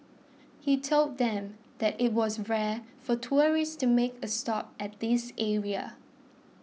he told them that it was rare for tourists to make a stop at this area